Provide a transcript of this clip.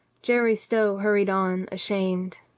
jerry stow hurried on, ashamed.